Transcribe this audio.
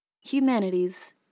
humanities